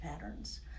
patterns